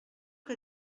que